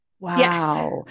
Wow